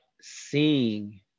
seeing